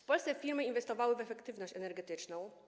W Polsce firmy inwestowały w efektywność energetyczną.